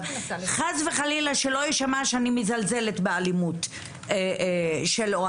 חס וחלילה שלא יישמע שאני מזלזלת באלימות אוהדים,